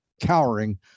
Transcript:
cowering